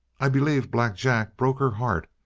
i believe black jack broke her heart,